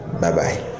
Bye-bye